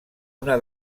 una